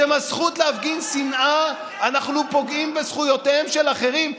בשם הזכות להפגין שנאה אנחנו פוגעים בזכויותיהם של אחרים.